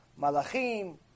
Malachim